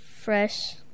Fresh